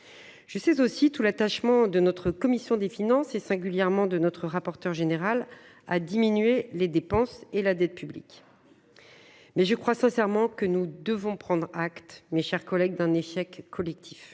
Je sais aussi tout l’attachement de notre commission des finances, et singulièrement de notre rapporteur général, à la diminution des dépenses et de la dette publiques, mais je crois sincèrement que nous devons prendre acte, mes chers collègues, d’un échec collectif